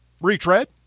retread